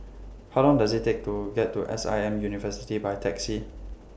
How Long Does IT Take to get to S I M University By Taxi